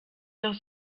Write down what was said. noch